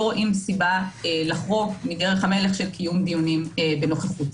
רואים סיבה לחרוג מדרך המלך של קיום דיונים בנוכחות.